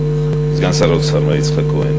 סגן שר האוצר מר יצחק כהן,